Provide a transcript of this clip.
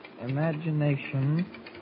imagination